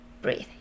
Breathe